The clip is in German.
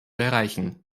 erreichen